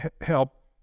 help